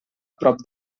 prop